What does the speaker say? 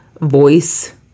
voice